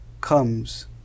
comes